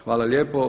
Hvala lijepo.